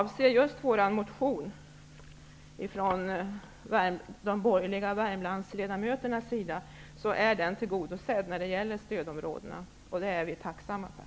Värmlandsledamöterna är tillgodosedd när det gäller stödområdena, vilket vi är tacksamma för.